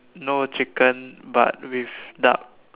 no chicken but with duck